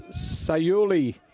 Sayuli